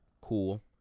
Cool